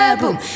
boom